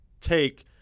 take